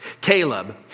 Caleb